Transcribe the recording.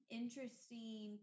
interesting